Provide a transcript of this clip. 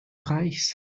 reiches